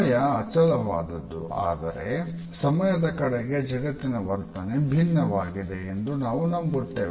ಸಮಯ ಅಚಲವಾದುದು ಆದರೆ ಸಮಯದ ಕಡೆಗೆ ಜಗತ್ತಿನ ವರ್ತನೆ ಭಿನ್ನವಾಗಿದೆ ಎಂದು ನಾವು ನಂಬುತ್ತೇವೆ